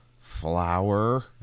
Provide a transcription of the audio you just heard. Flower